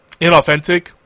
inauthentic